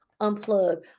unplug